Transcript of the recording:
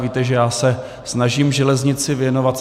Víte, že já se snažím železnici věnovat.